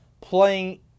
playing